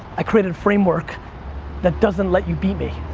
i created framework that doesn't let you beat me.